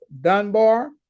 Dunbar